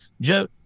Joe